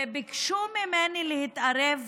וביקשו ממני להתערב